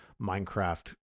minecraft